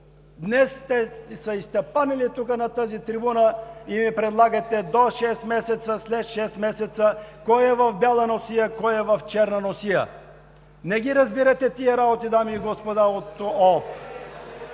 сте се изтъпанили тук, на тази трибуна, и ни предлагате до шест месеца, след шест месеца, кой е в бяла носия, кой е в черна носия. Не ги разбирате тези работи, дами и господа от ОП.